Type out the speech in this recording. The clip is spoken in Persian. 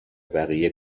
بقیه